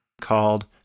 called